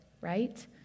right